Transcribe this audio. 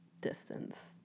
distance